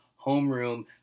homeroom